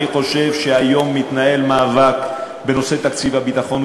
היום מתנהל מאבק בנושא תקציב הביטחון.